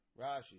Rashi